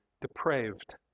depraved